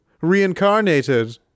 Reincarnated